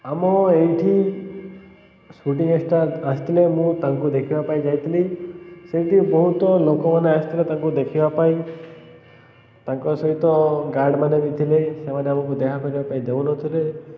ଆମ ଏଇଠି shooting star ଆସିଥିଲେ ମୁଁ ତାଙ୍କୁ ଦେଖିବା ପାଇଁ ଯାଇଥିଲି ସେଇଠି ବହୁତ ଲୋକମାନେ ଆସିଥିଲେ ତାଙ୍କୁ ଦେଖିବା ପାଇଁ ତାଙ୍କ ସହିତ ଗାର୍ଡ଼ ମାନେ ବି ଥିଲେ ସେମାନେ ଆମକୁ ଦେଖା କରିବା ପାଇଁ ଦେଉନଥିଲେ